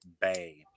Bay